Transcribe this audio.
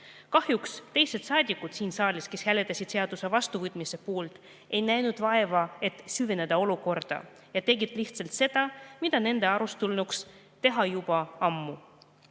Kahjuks teised saadikud siin saalis, kes hääletasid seaduse vastuvõtmise poolt, ei näinud vaeva, et süveneda olukorda, ja tegid lihtsalt seda, mida nende arust tulnuks teha juba ammu.